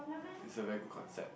is a very good concept